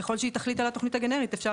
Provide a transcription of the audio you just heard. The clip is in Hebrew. ככל שהיא תחליט על התוכנית הגנרית אפשר